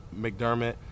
McDermott